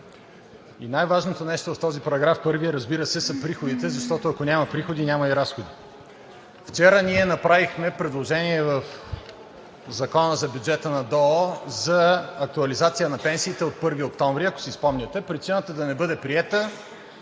и най-важното нещо в този § 1, разбира се, са приходите, защото, ако няма приходи, няма и разходи. Вчера ние направихме предложение в Закона за бюджета на ДОО за актуализация на пенсиите от 1 октомври, ако си спомняте. Причината да не бъде приета